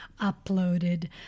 uploaded